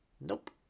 Nope